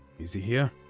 is he here?